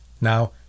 Now